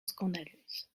scandaleuse